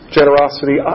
generosity